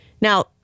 Now